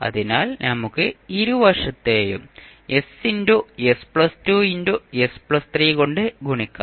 അതിനാൽ നമുക്ക് ഇരുവശത്തെയുംss 2s 3 കൊണ്ട് ഗുണിക്കാം